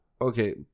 okay